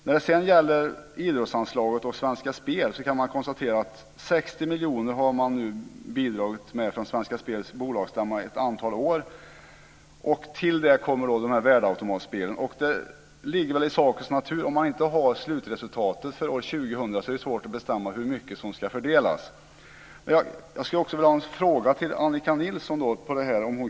När det sedan gäller idrottsanslaget och Svenska Spel så kan man konstatera att man från Svenska Spels bolagsstämma nu under ett antal år har bidragit med 60 miljoner. Till det kommer de här värdeautomatspelen. Det ligger väl i sakens natur: Om man inte har slutresultatet för år 2000 är det svårt att bestämma hur mycket som ska fördelas. Men jag skulle också vilja ställa en fråga till Annika Nilsson om det här.